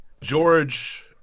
George